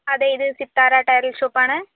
അതെ ഇത് Sitara tailor shop ആണ്